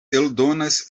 eldonas